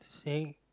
staring